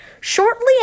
Shortly